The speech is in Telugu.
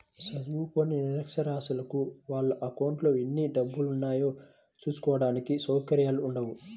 చదువుకోని నిరక్షరాస్యులకు వాళ్ళ అకౌంట్లలో ఎన్ని డబ్బులున్నాయో చూసుకోడానికి సౌకర్యాలు ఉండవు